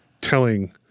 telling